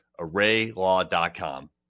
ArrayLaw.com